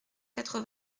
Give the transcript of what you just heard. quatre